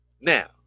Now